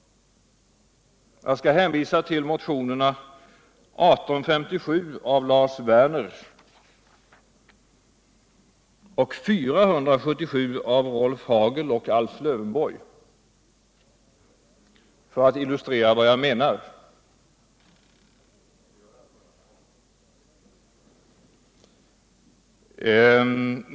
Jag vill hänvisa till motionerna 1857 av Lars Werner m.fl. och 477 av Rolf Hagel och Alf Lövenboreg för att illustrera vad jag menar.